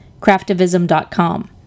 craftivism.com